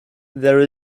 there